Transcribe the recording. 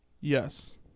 Yes